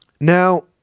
Now